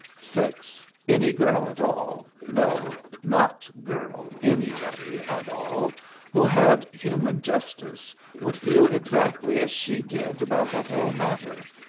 six. any girl at all no, not girl, anybody at all who had human justice would feel exactly as she did about the whole matter.